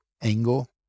angle